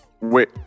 Wait